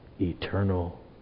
eternal